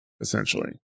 essentially